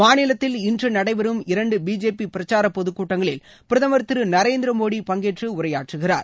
மாநிலத்தில் இன்று நடைபெறும் இரண்டு பிஜேபி பிரச்சார பொதுக் கூட்டங்களில் பிரதமர் திரு நரேந்திர மோடி பங்கேற்று உரையாற்றுகிறார்